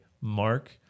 Mark